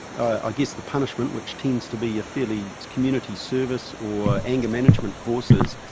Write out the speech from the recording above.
i guess the punishment, which tends to be a fairly community service, or anger management courses,